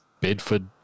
Bedford